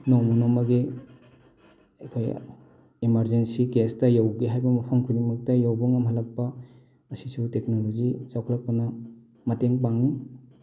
ꯅꯣꯡꯃ ꯅꯣꯡꯃꯒꯤ ꯑꯩꯈꯣꯏ ꯏꯃꯥꯔꯖꯦꯟꯁꯤ ꯀꯦꯁꯇ ꯌꯧꯒꯦ ꯍꯥꯏꯕ ꯃꯐꯝ ꯈꯨꯗꯤꯡꯃꯛꯇ ꯌꯧꯕ ꯉꯝꯍꯜꯂꯛꯄ ꯑꯁꯤꯁꯨ ꯇꯦꯛꯅꯣꯂꯣꯖꯤ ꯆꯥꯎꯈꯠꯂꯛꯄꯅ ꯃꯇꯦꯡ ꯄꯥꯡꯉꯤ